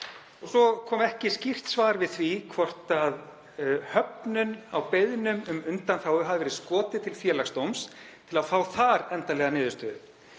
Og svo kom ekki skýrt svar við því hvort höfnun á beiðnum um undanþágu hafi verið skotið til Félagsdóms til að fá þar endanlega niðurstöðu.